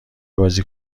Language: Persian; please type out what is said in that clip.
بازی